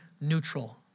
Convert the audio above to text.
neutral